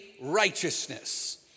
righteousness